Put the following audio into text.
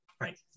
right